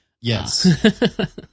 Yes